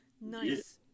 Nice